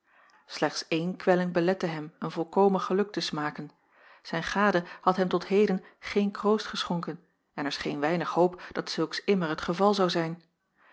slechts eene kwelling belette hem een volkomen geluk te smaken zijn gade had hem tot heden geen kroost geschonken en er scheen weinig hoop dat zulks immer het geval zou zijn